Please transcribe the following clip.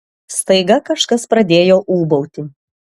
staiga kažkas pradėjo ūbauti